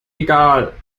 egal